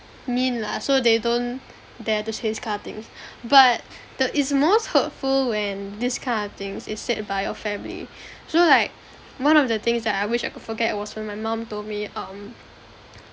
mean lah so they don't dare to say these kind of things but the it's most hurtful when this kind of things is said by your family so like one of the things that I wish I could forget was when my mum told me um